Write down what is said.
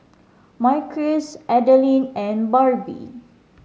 Marquis Adalyn and Barbie